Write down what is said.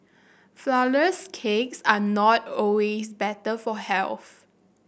flourless cakes are not always better for health